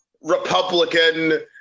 Republican